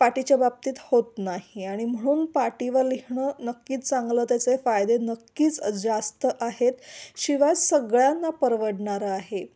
पाटीच्या बाबतीत होत नाही आणि म्हणून पाटीवर लिहिणं नक्कीच चांगलं त्याचे फायदे नक्कीच जास्त आहेत शिवाय सगळ्यांना परवडणारं आहे